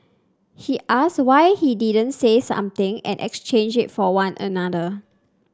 he asked why he didn't say something and exchange for one another